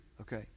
Okay